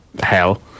hell